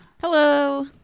Hello